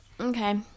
Okay